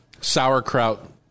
sauerkraut